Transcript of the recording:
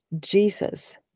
Jesus